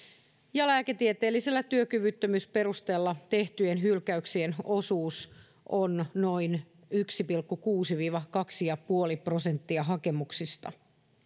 ja lääketieteellisellä työkyvyttömyysperusteella tehtyjen hylkäyksien osuus on noin yksi pilkku kuusi viiva kaksi pilkku viisi prosenttia hakemuksista